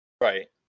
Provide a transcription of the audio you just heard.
right